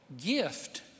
gift